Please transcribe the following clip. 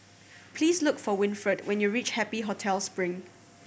please look for Winfred when you reach Happy Hotel Spring